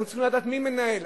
אנחנו צריכים לדעת מי מנהל,